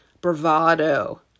bravado